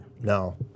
no